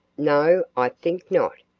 no, i think not.